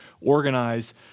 organize